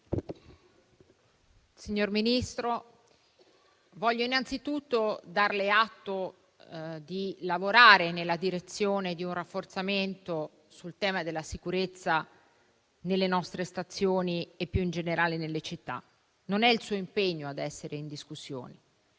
Signor Ministro, voglio innanzi tutto darle atto di lavorare nella direzione di un rafforzamento sul tema della sicurezza delle nostre stazioni e, più in generale, delle città. Non è il suo impegno a essere in discussione.